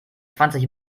zwanzig